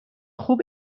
خوب